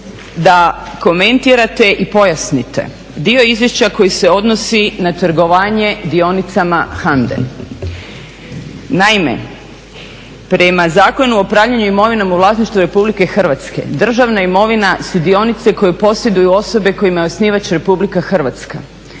da komentirate i pojasnite dio izvješća koji se odnosi na trgovanje dionicama HANDA-e. Naime, prema Zakonu o upravljanju imovnom u vlasništvu Republike Hrvatske državna imovina, sudionice koje posjeduju osobe kojima je osnivač Republika Hrvatska.